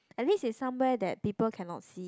at least is somewhere that people cannot see